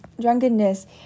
drunkenness